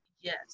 Yes